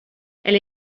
elle